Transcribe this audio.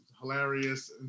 hilarious